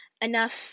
enough